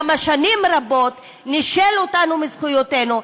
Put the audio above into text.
למה שנים רבות נישל אותנו מזכויותינו,